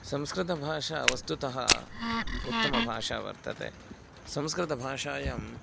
संस्कृतभाषा वस्तुतः उत्तमभाषा वर्तते संस्कृतभाषायाम्